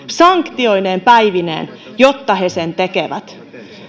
sanktioineen päivineen jotta he sen tekevät